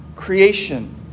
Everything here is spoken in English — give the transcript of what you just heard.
Creation